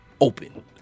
open